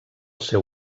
seu